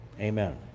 amen